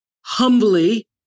humbly